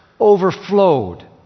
overflowed